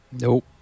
Nope